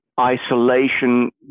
isolation